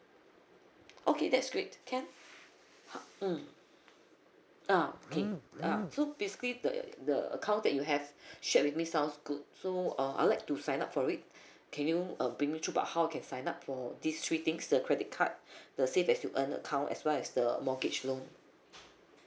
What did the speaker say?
okay that's great can mm ah okay uh so basically the the account that you have shared with me sounds good so uh I'd like to sign up for it can you uh bring me through about how can sign up for these three things the credit card the save as you earn account as well as the mortgage loan